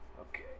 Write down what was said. Okay